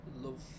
love